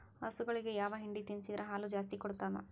ಹಸುಗಳಿಗೆ ಯಾವ ಹಿಂಡಿ ತಿನ್ಸಿದರ ಹಾಲು ಜಾಸ್ತಿ ಕೊಡತಾವಾ?